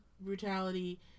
brutality